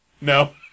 No